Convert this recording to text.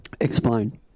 Explain